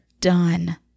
done